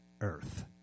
earth